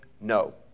no